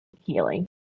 healing